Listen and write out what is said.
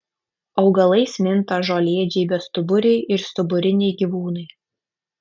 augalais minta žolėdžiai bestuburiai ir stuburiniai gyvūnai